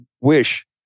wish